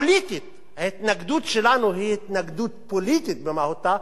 ההתנגדות שלנו היא התנגדות פוליטית במהותה, ולכן